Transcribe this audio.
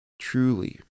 truly